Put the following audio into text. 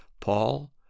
paul